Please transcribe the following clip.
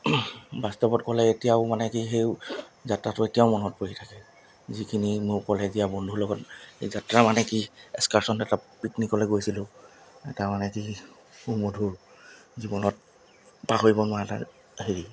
বাস্তৱত ক'লে এতিয়াও মানে কি সেই যাত্ৰাটো এতিয়াও মনত পৰি থাকে যিখিনি মোৰ ক'লে এতিয়া বন্ধুৰ লগত এই যাত্ৰা মানে কি এক্সকাৰচন এটা পিকনিকলৈ গৈছিলোঁ এটা মানে কি সুমধুৰ জীৱনত পাহৰিব নোৱাৰা এটা হেৰি